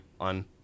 on